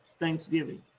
thanksgiving